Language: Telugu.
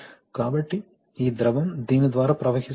కాబట్టి ఈ ద్రవం దీని ద్వారా ప్రవహిస్తుంది